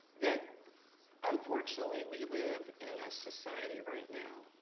that unfortunately, we live in a society right now,